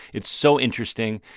it's so interesting.